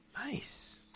Nice